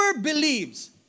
believes